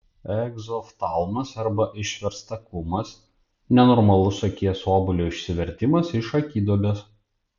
egzoftalmas arba išverstakumas nenormalus akies obuolio išsivertimas iš akiduobės